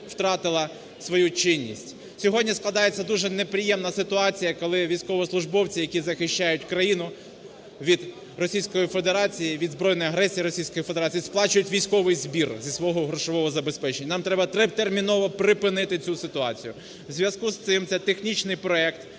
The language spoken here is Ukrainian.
втратила свою чинність. Сьогодні складається дуже неприємна ситуація, коли військовослужбовці, які захищають країну від Російської Федерації, від збройної агресії Російської Федерації, сплачують військовий збір зі свого грошового забезпечення, і нам треба терміново припинити цю ситуацію. У зв'язку з цим це – технічний проект